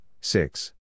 six